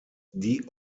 die